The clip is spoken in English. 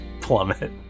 plummet